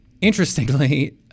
interestingly